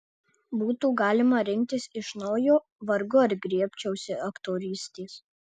būtų galima rinktis iš naujo vargu ar griebčiausi aktorystės